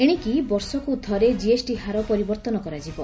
ଏଣିକି ବର୍ଷକୁ ଥରେ ଜିଏସ୍ଟି ହାର ପରିବର୍ତ୍ତନ କରାଯିବ